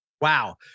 Wow